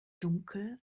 dunkel